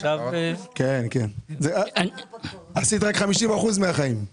עשית רק 50% מן החיים.